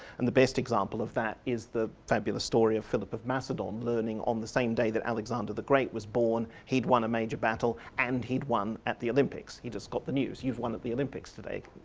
and the best example of that is the fabulous story of philip of macedon learning on the same day that alexander the great was born, he'd won a major battle and he'd won at the olympics. he'd just got the news, you've won at the olympics today,